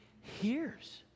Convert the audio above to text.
hears